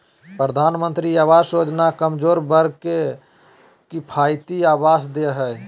प्रधानमंत्री आवास योजना कमजोर वर्ग के किफायती आवास दे हइ